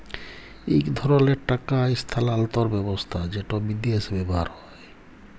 ইক ধরলের টাকা ইস্থালাল্তর ব্যবস্থা যেট বিদেশে ব্যাভার হ্যয়